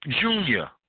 Junior